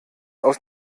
aus